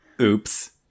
oops